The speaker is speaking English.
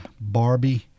Barbie